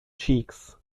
cheeks